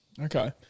Okay